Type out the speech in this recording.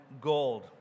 gold